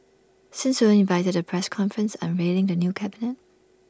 since we weren't invited to the press conference unveiling the new cabinet